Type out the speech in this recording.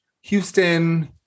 Houston